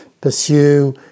pursue